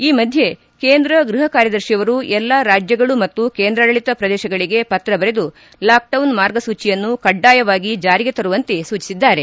ಈ ಮಧ್ಯೆ ಕೇಂದ್ರ ಗೃಪ ಕಾರ್ಯದರ್ತಿಯವರು ಎಲ್ಲಾ ರಾಜ್ಯಗಳು ಮತ್ತು ಕೇಂದ್ರಾಡಳಿತ ಪ್ರದೇಶಗಳಿಗೆ ಪತ್ರ ಬರೆದು ಲಾಕ್ಡೌನ್ ಮಾರ್ಗಸೂಚಿಯನ್ನು ಕಡ್ಡಾಯವಾಗಿ ಜಾರಿಗೆ ತರುವಂತೆ ಸೂಚಿಸಿದ್ದಾರೆ